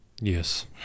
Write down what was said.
Yes